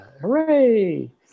hooray